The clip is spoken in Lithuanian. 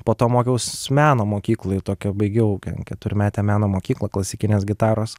po to mokiaus meno mokykloj tokią baigiau keturmetę meno mokyklą klasikinės gitaros